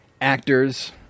actors